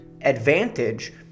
advantage